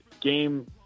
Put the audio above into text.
game